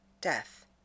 death